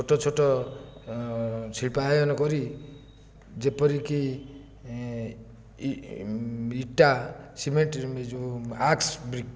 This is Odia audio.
ଛୋଟ ଛୋଟ ଶିଳ୍ପାୟନ କରି ଯେପରିକି ଇଟା ସିମେଣ୍ଟରେ ଯେଉଁ ଆକ୍ସ ବ୍ରିକ୍